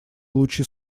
лучи